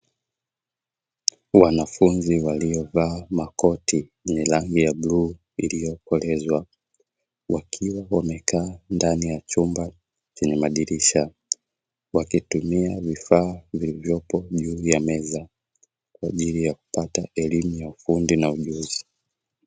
Wanafunzi waliovaa makoti yenye rangi ya bluu iliyokolezwa, wakiwa wamekaa ndani ya chumba chenye madirisha, wakitumia vifaa vilivyopo juu ya meza kwa ajili ya kupata elimu ya ufundi na ujuzi.